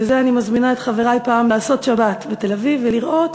ואני מזמינה את חברי פעם לעשות שבת בתל-אביב ולראות.